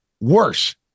worse